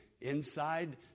Inside